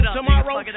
tomorrow